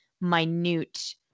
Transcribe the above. minute